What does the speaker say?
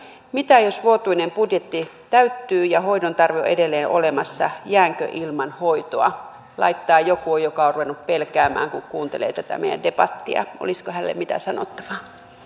mitä jos vuotuinen budjetti täyttyy ja hoidon tarve on edelleen olemassa jäänkö ilman hoitoa näin laittaa joku joka on ruvennut pelkäämään kun kuuntelee tätä meidän debattia olisiko hänelle mitään sanottavaa arvoisa puhemies